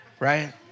Right